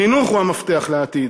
חינוך הוא המפתח לעתיד.